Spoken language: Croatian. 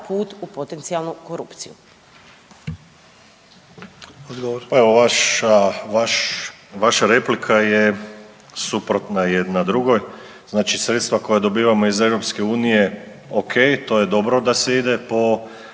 put u potencijalnu korupciju.